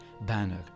banner